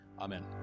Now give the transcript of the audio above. Amen